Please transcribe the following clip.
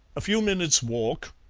a few minutes' walk,